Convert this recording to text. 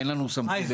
אין לנו סמכות לתקנות.